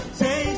say